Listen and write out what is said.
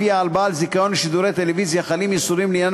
שלפיה על בעל זיכיון לשידורי טלוויזיה חלים איסורים לעניין